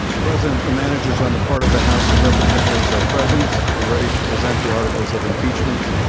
mr. president, the managers on the part of the house of representatives are present and ready to present the articles of impeachment,